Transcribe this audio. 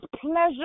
pleasure